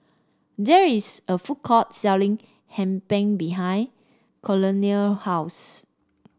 there is a food court selling Hee Pan behind Colonel house